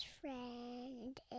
friend